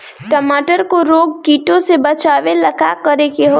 टमाटर को रोग कीटो से बचावेला का करेके होई?